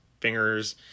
fingers